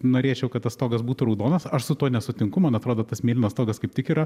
norėčiau kad tas stogas būtų raudonas aš su tuo nesutinku man atrodo tas mėlynas stogas kaip tik yra